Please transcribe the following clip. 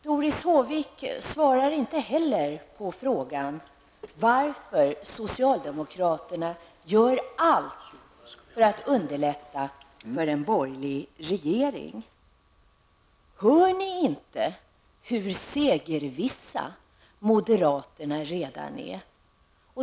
Doris Håvik svarar inte heller på frågan varför socialdemokraterna gör allt för att underlätta för en borgerlig regering. Hör ni inte hur segervissa moderaterna redan är?